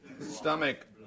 stomach